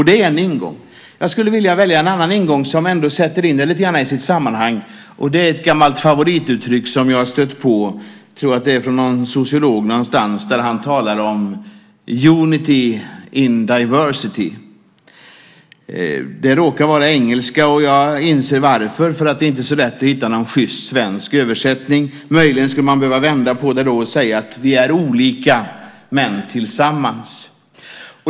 Det är en ingång. Jag skulle vilja välja en annan ingång som ändå lite grann sätter detta i sitt sammanhang. Det finns ett gammalt favorituttryck som jag har stött på från en sociolog som talar om unity in diversity . Det råkar vara på engelska, och jag inser varför - det är inte så lätt att hitta någon sjyst svensk översättning. Möjligen skulle man kunna vända på det och säga att vi är olika men tillsammans.